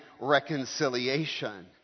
reconciliation